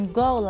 go